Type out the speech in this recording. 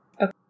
Okay